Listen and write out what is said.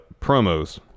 promos